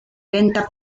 venta